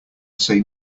say